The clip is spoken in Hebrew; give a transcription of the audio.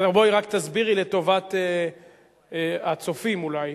אגב, בואי רק תסבירי לטובת הצופים, אולי,